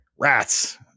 rats